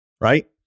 right